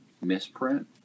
misprint